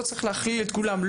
לא צריך להכליל את כולם.